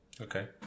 Okay